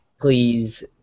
please